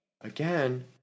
Again